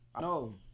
No